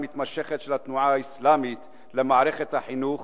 מתמשכת של התנועה האסלאמית למערכת החינוך.